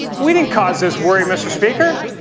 we didn't cause this worry, mr. speaker.